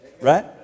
right